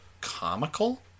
comical